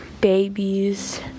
babies